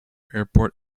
airport